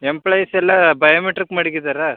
employees ಎಲ್ಲ biometric ಮಡಗಿದ್ದಾರಾ